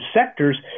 sectors